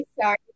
sorry